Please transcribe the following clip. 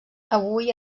avui